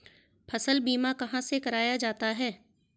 फसल बीमा कहाँ से कराया जाता है?